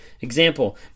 Example